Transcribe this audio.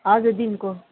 हजुर दिनको